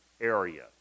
area